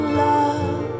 love